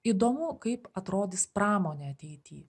įdomu kaip atrodys pramonė ateity